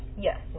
Yes